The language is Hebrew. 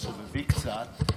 סליחה.